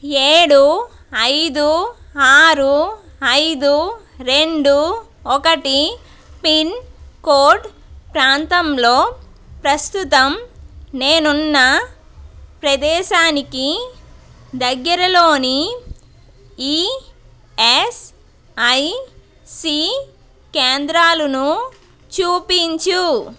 ఏడు ఐదు ఆరు ఐదు రెండు ఒకటి పిన్ కోడ్ ప్రాంతంలో ప్రస్తుతం నేనున్న ప్రదేశానికి దగ్గరలోని ఈఎస్ఐసి కేంద్రాలును చూపించు